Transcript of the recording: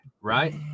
right